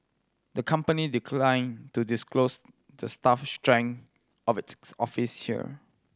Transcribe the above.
the company declined to disclose the staff strength of its office here